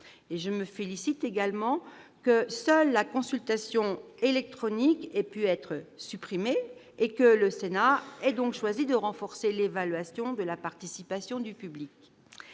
Je me félicite également que seule la consultation électronique ait été supprimée et que le Sénat ait donc choisi de renforcer l'évaluation de la participation du public.